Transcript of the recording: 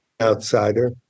outsider